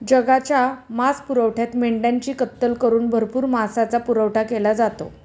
जगाच्या मांसपुरवठ्यात मेंढ्यांची कत्तल करून भरपूर मांसाचा पुरवठा केला जातो